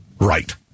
Right